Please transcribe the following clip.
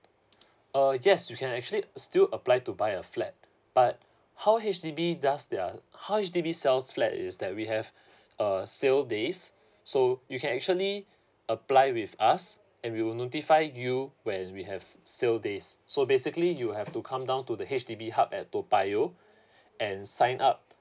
uh yes you can actually still apply to buy a flat but how H_D_B does their howH_D_B sells flat is that we have a sale days so you can actually apply with us and we will notify you when we have sale days so basically you have to come down to the H_D_B hub at toa payoh and sign up